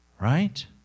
right